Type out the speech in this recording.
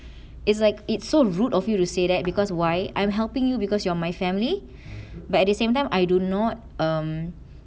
it's like it's so rude of you to say that because why I'm helping you because you are my family but at the same time I do not um